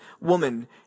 woman